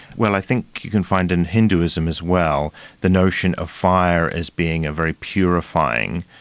well, i think you can find in hinduism as well the notion of fire as being a very purifying,